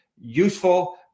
useful